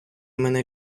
мене